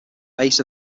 base